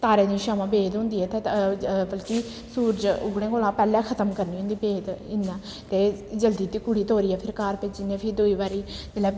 तारें दी छामां बेद होंदी ऐ इत्थै बल्कि सूरज उग्गने कोला पैह्लें खत्म करनी होंदी बेद इ'यां ते जल्दी जल्दी कुड़ी टोरियै फिर घर भेजनी ते फिर दूई बारी जेल्लै